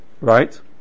right